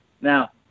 Now